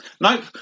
Nope